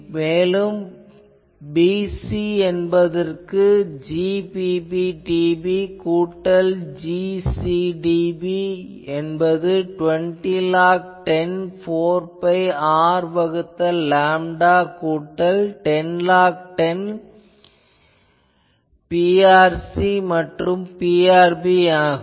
மேலும் 'bc' என்பதற்கு Gb dB கூட்டல் Gc dB என்பது 20log10 4 பை R வகுத்தல் லேம்டா கூட்டல் 10log10 Prc வகுத்தல் Prb ஆகும்